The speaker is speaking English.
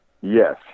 Yes